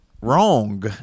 wrong